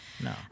No